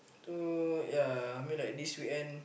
to yeah I mean like this weekend